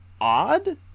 odd